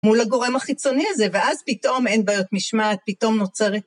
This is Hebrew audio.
מול הגורם החיצוני הזה, ואז פתאום אין בעיות משמעת, פתאום נוצרת...